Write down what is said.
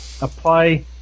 apply